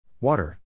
water